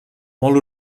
molt